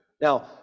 Now